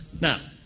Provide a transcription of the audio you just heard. Now